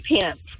pants